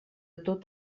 tot